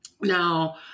Now